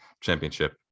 championship